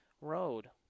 road